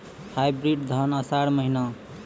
Hybrid धान आषाढ़ महीना?